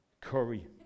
curry